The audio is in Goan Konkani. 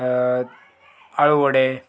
आळू वडे